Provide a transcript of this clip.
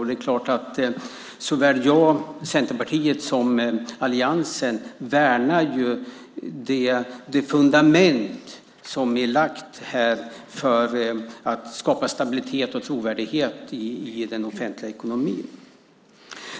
Det är klart att såväl Centerpartiet som alliansen värnar det fundament som är lagt för att skapa stabilitet och trovärdighet i den offentliga ekonomin.